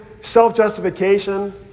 Self-justification